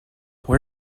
where